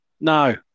No